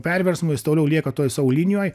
perversmo jis toliau lieka toj savo linijoj